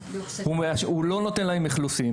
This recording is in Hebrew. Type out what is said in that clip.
הוא לא נותן להם לאכלס.